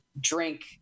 drink